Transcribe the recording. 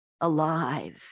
alive